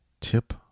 tip